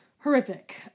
horrific